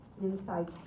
inside